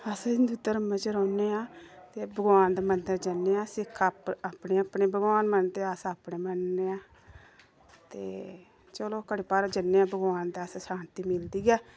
अस हिन्दु धर्म च रौह्न्ने आं ते भगवान दा मदंर जन्ने आं अस इक अपने अपने भगवान मन्नदे आं अस अपने मन्नने आं ते चलो घड़ी भर जन्ने आं भगवान दे अस शांति मलदी गै ऐ